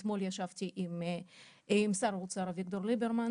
אתמול ישבתי עם שר האוצר אביגדור ליברמן